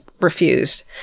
refused